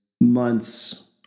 months